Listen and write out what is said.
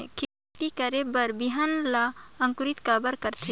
खेती करे बर बिहान ला अंकुरित काबर करथे?